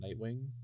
Nightwing